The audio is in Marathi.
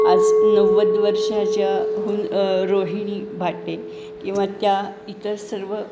आज नव्वद वर्षाच्या हून रोहिणी भाटे किंवा त्या इतर सर्व